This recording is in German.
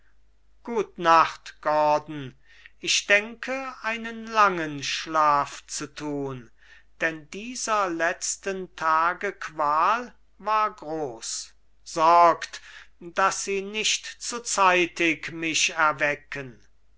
gut nacht gordon ich denke einen langen schlaf zu tun denn dieser letzten tage qual war groß sorgt daß sie nicht zu zeitig mich erwecken